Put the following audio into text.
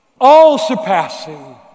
all-surpassing